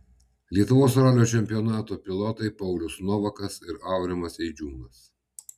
lietuvos ralio čempionato pilotai paulius novakas ir aurimas eidžiūnas